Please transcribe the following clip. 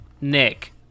Nick